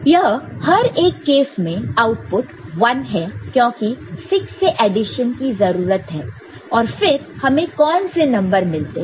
यह हर एक केस में आउटपुट 1 है क्योंकि 6 से एडिशन की जरूरत है और फिर हमें कौन से नंबर मिलते हैं